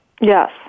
Yes